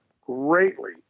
greatly